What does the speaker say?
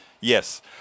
Yes